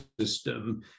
system